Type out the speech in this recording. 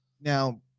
Now